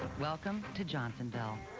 welcome to johnsonville.